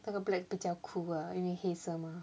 那个 black 比较 cool ah 因为黑色嘛